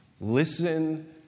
Listen